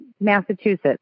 Massachusetts